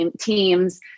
teams